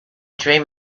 dream